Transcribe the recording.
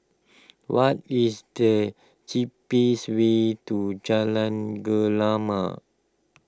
what is the cheapest way to Jalan Gemala